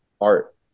art